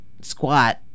squat